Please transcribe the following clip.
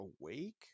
awake